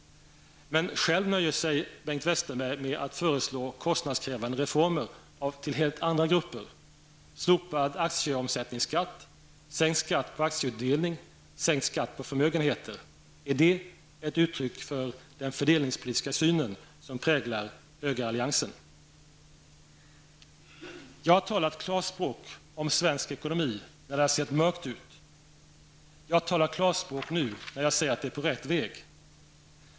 Men själv nöjer sig Bengt Westerberg med att föreslå kostnadskrävande reformer till helt andra grupper -- slopad aktieomsättningsskatt, sänkt skatt på aktieutdelning, sänkt skatt på förmögenheter. Är det ett uttryck för den fördelningspolitiska syn som präglar högeralliansen? Jag har talat klarspråk om svensk ekonomi när det har sett mörkt ut. Jag talar klarspråk nu när jag säger att vi är på rätt väg.